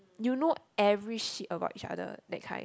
you know every shit about each other that kind